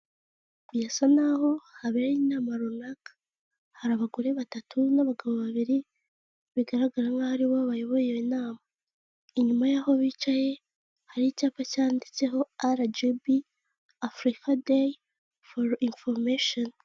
Birasa naho habereye inama runaka, hari abagore batatu n'abagabo babiri, bigaragara nkaho ari bo bayoboye iyo nama, inyuma y'aho bicaye hari icyapa cyanditseho "RGB Africa Day for Information.